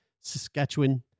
Saskatchewan